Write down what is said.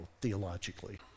theologically